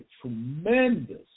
tremendous